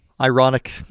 ironic